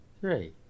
three